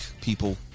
people